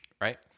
right